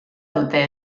dute